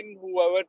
whoever